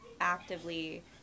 actively